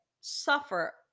suffer